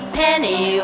penny